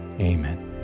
Amen